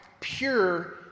pure